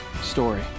story